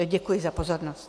Děkuji za pozornost.